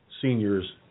seniors